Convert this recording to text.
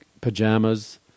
pajamas